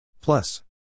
Plus